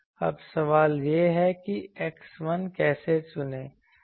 अब सवाल यह है कि X1 कैसे चुनें